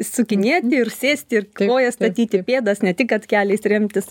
sukinėti ir sėsti ir kojas statyti ir pėdas ne tik kad keliais remtis